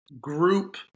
group